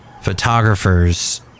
photographers